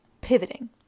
pivoting